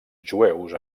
jueus